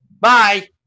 Bye